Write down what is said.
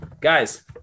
guys